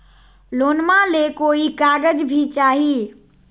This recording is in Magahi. लोनमा ले कोई कागज भी चाही?